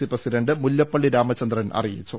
C president Mullappally Ramachandran അറിയിച്ചു